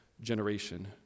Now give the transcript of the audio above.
generation